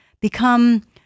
become